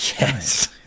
Yes